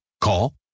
Call